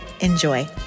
enjoy